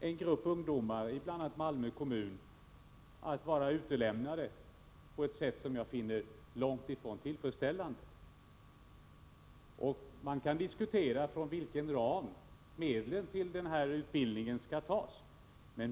en grupp ungdomar i bl.a. Malmö kommun att utelämnas på ett sätt som jag finner långt ifrån tillfredsställande. Man kan diskutera från vilken ram medlen till denna utbildning skall tas.